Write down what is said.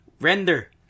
Render